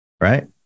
right